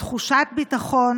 בתחושת ביטחון